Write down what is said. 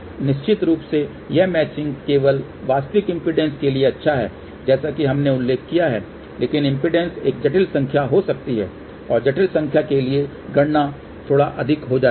अब निश्चित रूप से यह मैचिंग केवल वास्तविक इम्पीडेन्स के लिए अच्छा है जैसा कि हमने उल्लेख किया है लेकिन इम्पीडेन्स एक जटिल संख्या हो सकती है और जटिल संख्या के लिए गणना थोड़ा अधिक हो जाती है